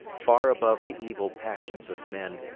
far above the evil passions of men,